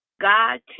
God